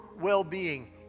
well-being